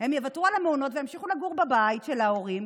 הם יוותרו על המעונות וימשיכו לגור בבית של ההורים,